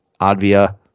Advia